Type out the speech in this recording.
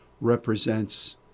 represents